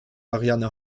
marianne